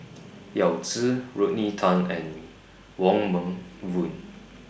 Yao Zi Rodney Tan and Wong Meng Voon